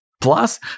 Plus